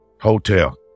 hotel